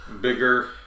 Bigger